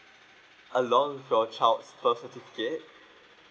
along with your child's birth certificate